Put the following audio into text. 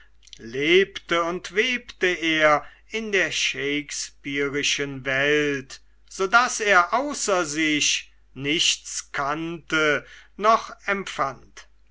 lebte und webte er in der shakespearischen welt so daß er außer sich nichts kannte noch empfand